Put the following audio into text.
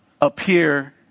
appear